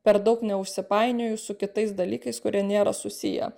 per daug neužsipainioju su kitais dalykais kurie nėra susiję